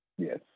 Yes